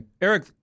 Eric